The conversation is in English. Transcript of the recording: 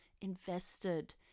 invested